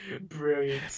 Brilliant